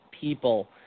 people